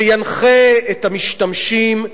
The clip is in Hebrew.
שינחה את המשתמשים,